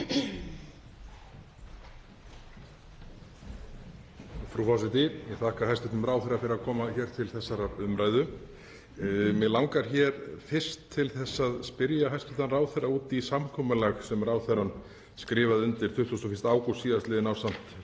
Frú forseti. Ég þakka hæstv. ráðherra fyrir að koma hér til þessarar umræðu. Mig langar fyrst til að spyrja hæstv. ráðherra út í samkomulag sem ráðherrann skrifaði undir 21. ágúst síðastliðinn ásamt